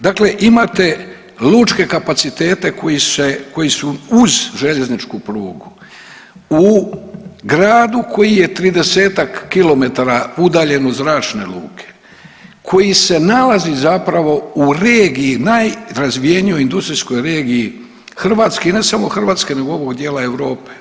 Dakle imate lučke kapacitete koji su uz željezničku prugu, u gradu koji je 30-ak kilometara udaljen od zračne luke, koji se nalazi zapravo u regiji, najrazvijenijoj industrijskog regiji Hrvatske i ne samo Hrvatske nego ovog dijela Europe.